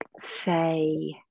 say